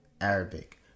Arabic